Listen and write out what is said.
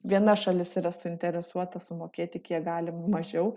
viena šalis yra suinteresuota sumokėti kiek galima mažiau